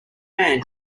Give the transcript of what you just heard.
man